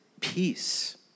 peace